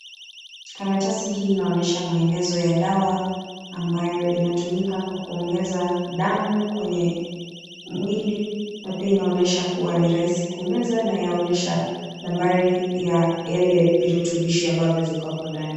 Karatasi hii inaonyesha maelezo ya dawa ambayo inatumika kwa kuongeza damu kwenye mwili , na pia inaonyesha ni rahisi kumeza na inaonyesha nambari ya yale virutubishi ambavyo viko hapo ndani.